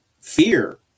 fear